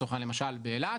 למשל באילת,